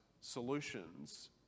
solutions